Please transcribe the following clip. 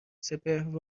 سپهر